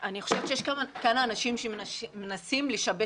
אני חושבת שיש כאן אנשים שמנסים לשבש